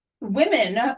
women